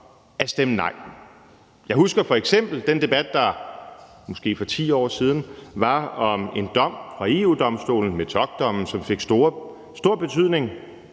stemte vi nej. Jeg husker f.eks. den debat, der, måske for 10 år siden, var om en dom fra EU-domstolen, nemlig Metockdommen, som fik stor betydning